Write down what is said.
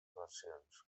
versions